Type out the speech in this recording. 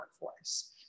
workforce